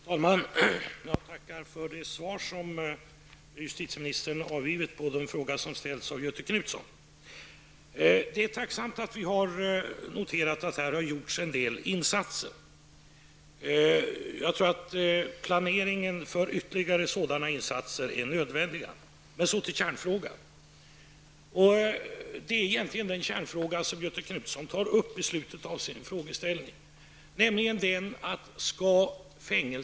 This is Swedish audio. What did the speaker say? Herr talman! Jag tackar för det svar som justitieministern har gett på den fråga som ställts av Det är tacksamt att kunna notera att det här har gjorts en del insatser. Jag tror emellertid att planering för ytterligare sådana insatser är nödvändig. Men så till kärnfrågan, som Göthe Knutson tar upp: Skall det gå att rymma från fängelser i Sverige?